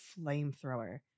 flamethrower